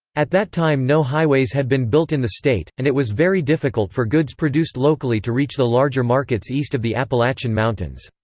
at that time no highways had been built in the state, and it was very difficult for goods produced locally to reach the larger markets east of the appalachian mountains.